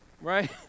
Right